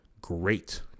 great